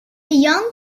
young